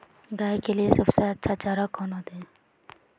गाय के लिए सबसे अच्छा चारा कौन होते?